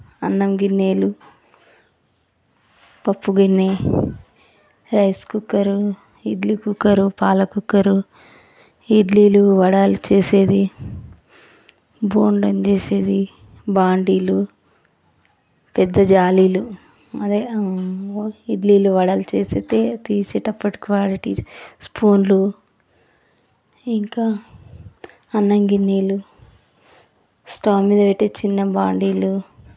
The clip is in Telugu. అన్నం గిన్నెలు పప్పు గిన్నె రైస్ కుక్కరు ఇడ్లీ కుక్కరు పాల కుక్కరు ఇడ్లీలు వడలు చేసేది బొండం చేసేది బాండీలు పెద్ద జాలీలు అదే ఇడ్లీలు వడలు చేసితే తీసేటప్పుడు క్వాలిటీ స్పూన్లు ఇంకా అన్నం గిన్నెలు స్టవ్ మీద పెట్టె చిన్న బాండీలు